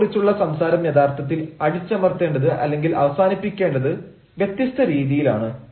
അതിനെ കുറിച്ചുള്ള സംസാരം യഥാർത്ഥത്തിൽ അടിച്ചമർത്തേണ്ടത് അല്ലെങ്കിൽ അവസാനിപ്പിക്കേണ്ടത് വ്യത്യസ്ത രീതിയിലാണ്